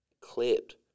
clipped